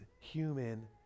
human